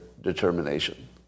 determination